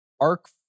arc